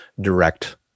direct